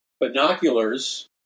Binoculars